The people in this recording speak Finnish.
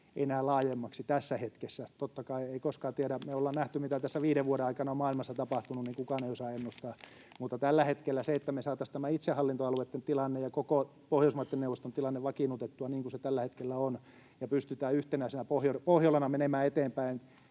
enää laajemmaksi tässä hetkessä. Totta kai koskaan ei tiedä — me ollaan nähty, mitä tässä viiden vuoden aikana on maailmassa tapahtunut, kukaan ei osaa ennustaa — mutta tällä hetkellä meidän on saatava tämä itsehallintoalueitten tilanne ja koko Pohjoismaiden neuvoston tilanne vakiinnutettua, niin kuin se tällä hetkellä on, että pystytään yhtenäisenä Pohjolana menemään eteenpäin